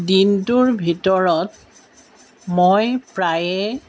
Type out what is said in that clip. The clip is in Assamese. দিনটোৰ ভিতৰত মই প্ৰায়ে